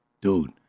Dude